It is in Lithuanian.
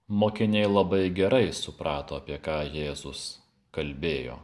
mokiniai labai gerai suprato apie ką jėzus kalbėjo